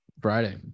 Friday